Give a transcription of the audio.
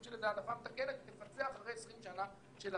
סוג איזו העדפה מתקנת לבצע אחרי 20 שנה של הזנחה.